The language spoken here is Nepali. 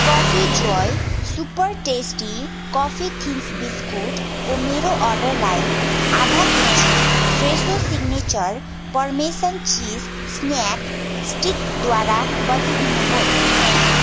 coffee joy super tasty coffee thins बिस्कुटको मेरो अर्डरलाई आधा KG fresho signature parmesan cheese snack स्टिकद्वारा बद्लिदिनु होस्